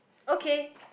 okay